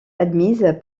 admise